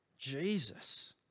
Jesus